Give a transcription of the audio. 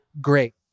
Great